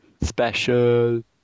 Special